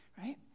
right